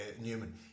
Newman